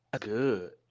good